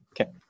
Okay